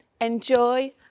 enjoy